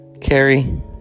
Carrie